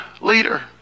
leader